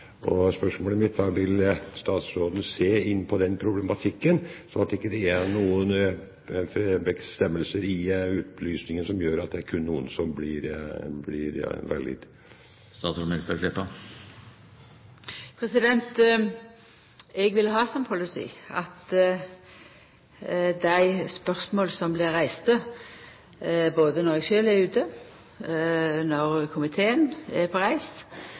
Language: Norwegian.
bud. Spørsmålet mitt er da: Vil statsråden se på den problematikken, slik at det ikke er noen form for bestemmelser i utlysningen som gjør at det kun er noen som blir valgt ut? Eg vil ha som policy at dei spørsmåla som blir stilte, både når eg sjølv er ute og reiser, og når komiteen er på